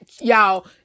y'all